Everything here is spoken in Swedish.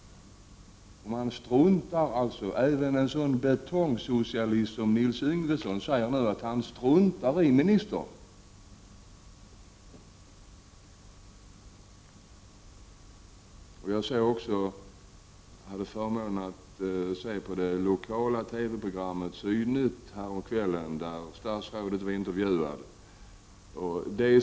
Även en sådan betongsocialist som Nils Yngvesson säger nu att han struntar i ministern. Jag hade förmånen att se på det lokala TV-programmet Syd Nytt då statsrådet blev intervjuad.